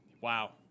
Wow